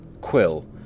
Quill